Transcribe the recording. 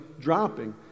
dropping